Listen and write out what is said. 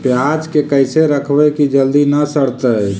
पयाज के कैसे रखबै कि जल्दी न सड़तै?